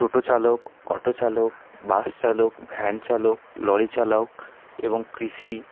টোটো চালক অটো চালক বাস চালক ভ্যান চালক লরি চালক এবং কৃষি